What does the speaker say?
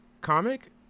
comic